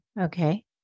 okay